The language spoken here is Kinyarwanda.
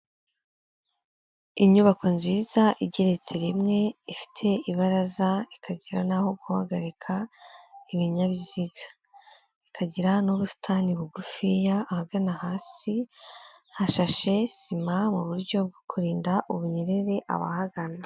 Inyubako nziza igeretse rimwe, ifite ibaraza ikagera naho guhagarika ibinyabiziga, ikagira n'ubusitani bugufiya, ahagana hasi hashashe sima mu buryo bwo kurinda ubunyerere abahagana.